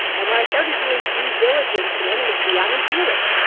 and when i started doing due diligence in intimacy, i'm a healer.